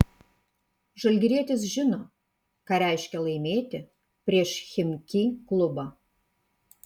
žalgirietis žino ką reiškia laimėti prieš chimki klubą